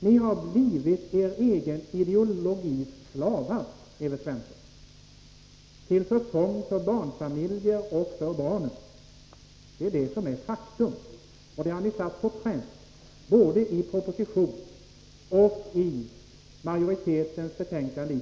Ni har blivit er egen ideologis slavar, Evert Svensson, till förfång för barnfamiljerna och barnen. Det är ett faktum. Det har ni också satt på pränt, både i propositionen och i socialutskottets betänkande.